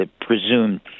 presumed